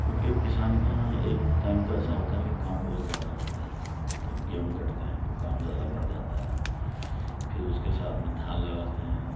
کیونکہ کسان کے یہاں ایک ٹائم تو ایسا ہوتا ہے کہ کام بہت زیادہ ہوتا ہے جب گیہوں کٹتے ہیں تو کام زیادہ بڑھ جاتا ہے پھر اس کے ساتھ میں دھان لگاتے ہیں